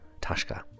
tashka